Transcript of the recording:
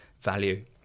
value